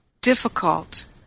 difficult